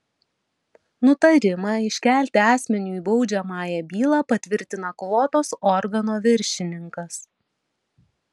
nutarimą iškelti asmeniui baudžiamąją bylą patvirtina kvotos organo viršininkas